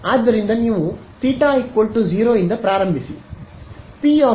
ಆದ್ದರಿಂದ ನೀವು θ ೦ ರಿಂದ ಪ್ರಾರಂಭಿಸಿ ಪಿ 0